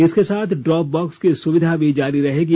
इसके साथ drop box की सुविधा भी जारी रहेगी